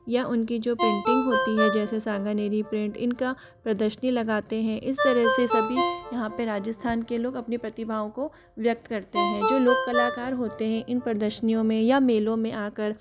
या जो उनकी प्रिंटिंग होती है जैसे सांगानेरी प्रिंट इनका प्रदर्शनी लगाते हैं इस तरह से सभी यहाँ पर राजस्थान के लोग अपनी प्रतिभाओं को व्यक्त करते हैं जो लोग कलाकार होते हैं इन प्रदर्शनियों में या मेलों में आकर